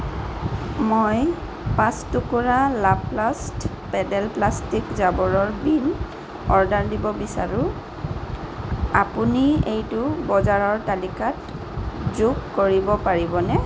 মই পাঁচ টুকুৰা লাপ্লাষ্ট পেডেল প্লাষ্টিক জাবৰৰ বিন অৰ্ডাৰ দিব বিচাৰোঁ আপুনি এইটো বজাৰৰ তালিকাত যোগ কৰিব পাৰিবনে